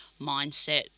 mindset